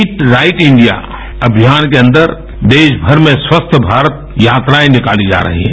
it right India अभियान के अन्दर देश भर में स्वस्थ भारत यात्राएं निकाली जा रही हैं